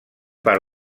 part